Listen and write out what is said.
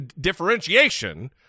differentiation